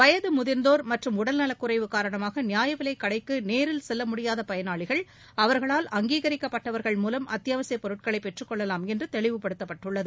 வயது முதிர்ந்தோர் மற்றும் உடல்நலக்குறைவு காரணமாக நியாய விலைக்களடகளுக்கு நேரில் செல்ல முடியாத பயனாளிகள் அவர்களால் அங்கீகரிக்கப்பட்டவர்கள் மூலம் அத்தியவாசிய பொருட்களை பெற்றுக் கொள்ளலாம் என்று தெளிவுப்படுத்தப்பட்டுள்ளது